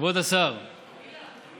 כבוד השר פרץ,